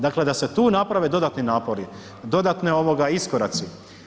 Dakle da se tu naprave dodatni napori, dodatne ovoga iskoraci.